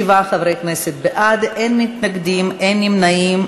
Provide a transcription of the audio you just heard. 27 חברי כנסת בעד, אין מתנגדים, אין נמנעים.